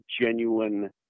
genuine